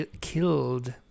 killed